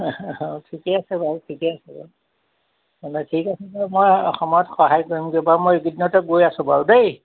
ঠিকেই আছে বাৰু ঠিকে আছে বাৰু মানে ঠিক আছে বাৰু মই সময়ত সহায় কৰিমগৈ বাৰু মই এইকেদিনতে গৈ আছোঁ বাৰু দেই